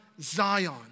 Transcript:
Zion